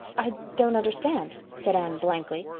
i don't understand, said anne, blankly.